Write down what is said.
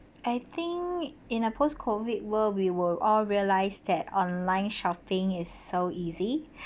I think in a post COVID world we will all realize that online shopping is so easy